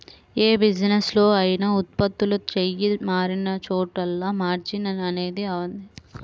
యే బిజినెస్ లో అయినా ఉత్పత్తులు చెయ్యి మారినచోటల్లా మార్జిన్ అనేది తప్పనిసరి